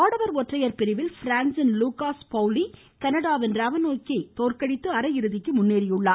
ஆடவர் ஒற்றையர் பிரிவில் பிரான்சின் லூக்காஸ் பௌலி கனடாவின் ரவோனிக்கை தோற்கடித்து அரையிறுதிக்கு முன்னேறினார்